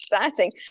exciting